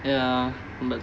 ya but